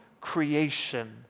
creation